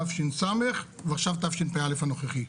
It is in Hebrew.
תש"ס ועכשיו תשפ"א הנוכחי.